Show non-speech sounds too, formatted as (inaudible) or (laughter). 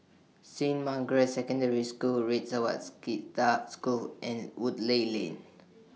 Saint Margaret's Secondary School Red (unintelligible) School and Woodleigh Lane